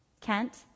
Kent